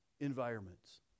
environments